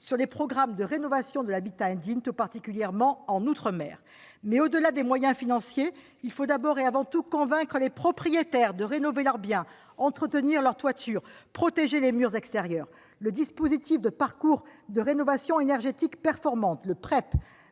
sur les programmes de rénovation de l'habitat indigne, tout particulièrement en outre-mer. Mais, au-delà des moyens financiers, il faut d'abord et avant tout convaincre les propriétaires de rénover leur bien, entretenir les toitures, protéger les murs extérieurs. Le parcours de rénovation énergétique performante- le PREP